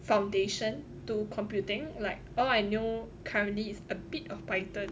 foundation to computing like all I know currently is a bit of python